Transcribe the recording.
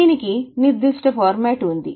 దీనికి నిర్దిష్ట ఆకృతి ఉంది